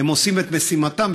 הם עושים את משימתם,